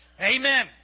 Amen